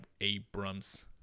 Abrams